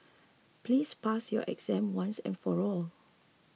please pass your exam once and for all